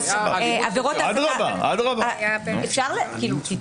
עבירות --- תנו להשיב.